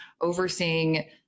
overseeing